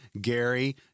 Gary